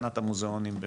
המוזיאונים,